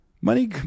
Money